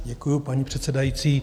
Děkuji, paní předsedající.